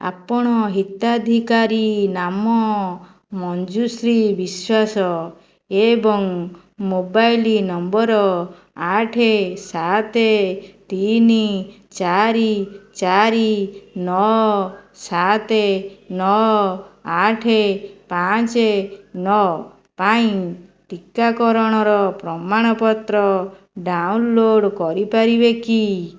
ଆପଣ ହିତାଧିକାରୀ ନାମ ମଞ୍ଜୁଶ୍ରୀ ବିଶ୍ୱାସ ଏବଂ ମୋବାଇଲ୍ ନମ୍ବର୍ ଆଠ ସାତ ତିନି ଚାରି ଚାରି ନଅ ସାତ ନଅ ଆଠ ପାଞ୍ଚ ନଅ ପାଇଁ ଟିକାକରଣର ପ୍ରମାଣପତ୍ର ଡାଉନଲୋଡ଼୍ କରିପାରିବେ କି